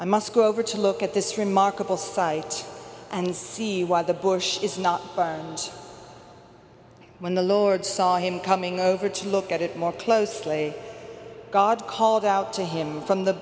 i must go over to look at this remarkable site and see why the bush is not when the lord saw him coming over to look at it more closely god called out to him from the